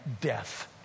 death